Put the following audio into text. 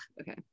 Okay